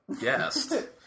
guest